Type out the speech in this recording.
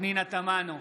פנינה תמנו,